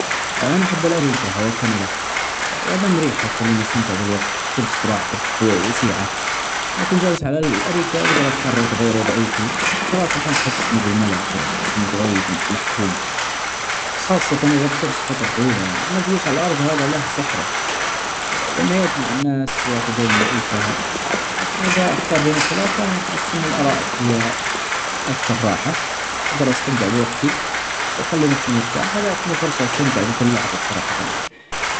أنا أحب الأريكة أو الكنبة قاعده مريحه تخليني أستمتع بالوقت تجلس براحتك فوق وسيعه ،بكون جالس علي الأريكة أجدر أتحرك أغير وضعيتي ،الكراسي أحيانا تحسسني بالملل كده تحسسني إنه ضيج محكوم خاصة إذا بتجلس فترة طويلة يعني أما الجلوس علي الأرض هذا له سحره لأنه يجمع الناس يعطي جو من الألفة لكن إذا أختار بين الثلاثة أحس أن الأرائك هي أكثر راحة، أقدر أستمتع بوقتي وأخلي نفسي مرتاح، فرصه أستمتع بكل لحظة صراحة يعني.